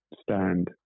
stand